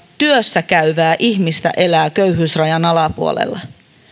työssä käyvää ihmistä elää köyhyysrajan alapuolella